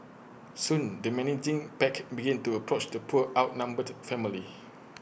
soon the menacing pack began to approach the poor outnumbered family